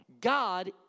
God